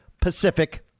Pacific